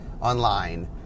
online